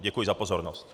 Děkuji za pozornost.